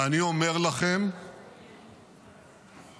ואני אומר לכם -- מה עם ועדת חקירה?